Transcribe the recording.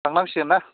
थांनांसिगोन ना